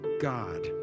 God